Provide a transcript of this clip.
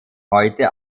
heute